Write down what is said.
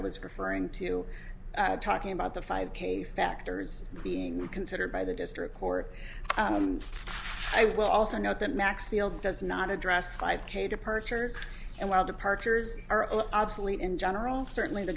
i was referring to talking about the five k factors being considered by the district court and i will also note that maxfield does not address five k departures and while departures are obsolete in general certainly the